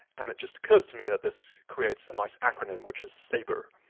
and it just occurs to me that this creates a nice acronym which is sabreur